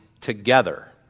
together